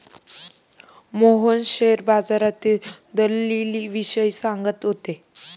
Mohan share बाजारातील दलालीविषयी सांगत होते